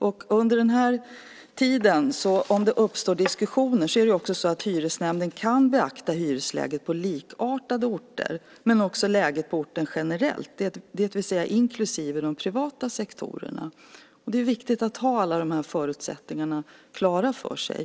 Om det uppstår diskussioner under den här tiden kan hyresnämnden beakta hyresläget på likartade orter men också läget på orten generellt, det vill säga inklusive de privata sektorerna. Det är viktigt att ha alla de här förutsättningarna klara för sig.